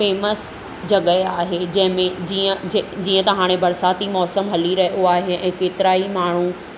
famous जॻह आहे जंहिं में जीअं त हाणे बरसाती मौसमु हली रहियो आहे ऐं केतिरा ई माण्हू